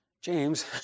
James